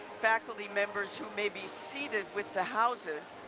faculty members who may be seated with the houses.